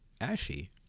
ashy